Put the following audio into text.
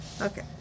Okay